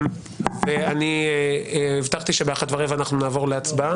ואני הבטחתי שב-13:15 אנחנו נעבור להצבעה.